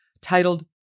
titled